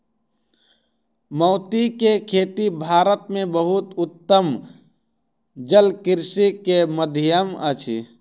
मोती के खेती भारत में बहुत उत्तम जलकृषि के माध्यम अछि